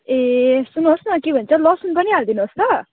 ए सुन्नुहोस् न के भन्छ लसुन पनि हालिदिनुहोस् ल